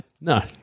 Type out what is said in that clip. No